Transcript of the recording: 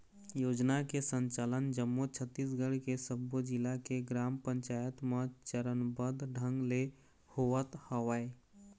योजना के संचालन जम्मो छत्तीसगढ़ के सब्बो जिला के ग्राम पंचायत म चरनबद्ध ढंग ले होवत हवय